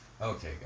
Okay